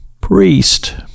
priest